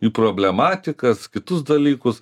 į problematikas kitus dalykus